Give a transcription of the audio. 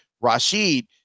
Rashid